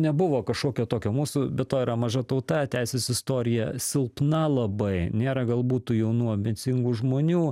nebuvo kažkokio tokio mūsų be to yra maža tauta teisės istorija silpna labai nėra galbūt tų jaunų ambicingų žmonių